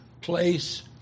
place